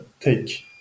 take